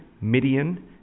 Midian